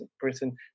Britain